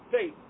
faith